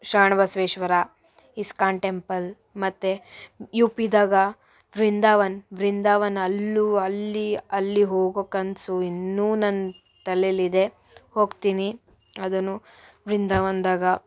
ಶ್ರವಣ ಬಸ್ವೇಶ್ವರ ಇಸ್ಕಾನ್ ಟೆಂಪಲ್ ಮತ್ತು ಯುಪಿದಾಗ ವೃಂದಾವನ ವೃಂದಾವನ ಅಲ್ಲೂ ಅಲ್ಲಿ ಅಲ್ಲಿ ಹೋಗೊ ಕನಸು ಇನ್ನೂ ನನ್ನ ತಲೇಲಿದೆ ಹೋಗ್ತೀನಿ ಅದನ್ನು ವೃಂದಾವನದಾಗ